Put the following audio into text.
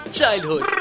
Childhood